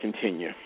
continue